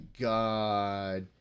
God